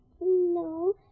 No